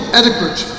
adequate